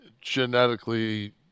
genetically –